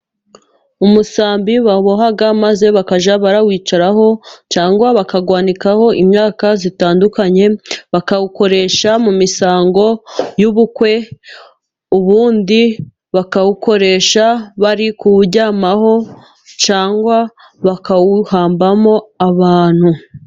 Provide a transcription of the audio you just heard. Umusambi baboha maze bakajya bawicaraho cyangwa bakawanikaho imyaka itandukanye, bakawukoresha mu misango y'ubukwe, ubundi bakawukoresha bari kuwuryamaho. Cyangwa se bakawuhambamo abantu.